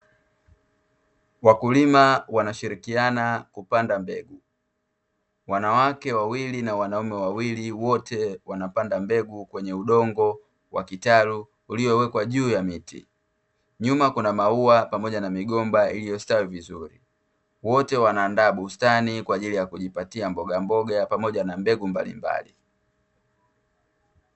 Wakulima wanashirikiana kupanda mbegu, wanawake wawili na wanaume wawili wote wanapanga mbegu kwenye udongo wa kitalu uliowekwa juu ya miti, nyuma kuna maua pamoja na migomba iliyostawi vizuri, wote wanaanda bustani kwaajili ya kujipatia mbogamboga pamoja na mbegu mbalimbali.